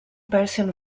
persian